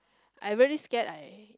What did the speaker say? I really scare I